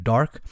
Dark